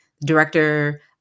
Director